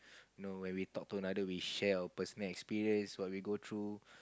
no when we talk to another we share about our personal experience what we go through